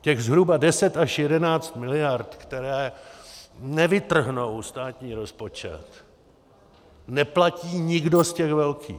Těch zhruba deset až jedenáct miliard, které nevytrhnou státní rozpočet, neplatí nikdo z těch velkých.